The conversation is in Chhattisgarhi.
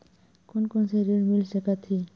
कोन कोन से ऋण मिल सकत हे?